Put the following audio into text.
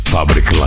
Fabric